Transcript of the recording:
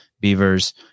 Beavers